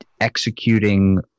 executing